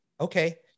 Okay